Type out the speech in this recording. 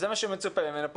וזה מה שמצופה ממנו,